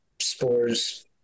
spores